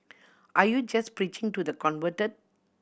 are you just preaching to the convert